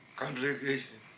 complication